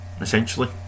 essentially